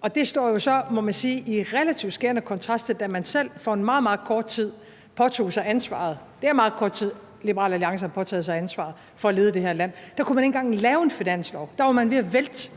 og det står så, må man sige, i relativt skærende kontrast til, da man selv i meget, meget kort tid påtog sig ansvaret – det er meget kort tid, at Liberal Alliance har påtaget sig ansvaret – for at lede det her land. Der kunne man ikke engang lave en finanslov; der var man ved at vælte